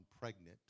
pregnant